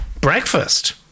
breakfast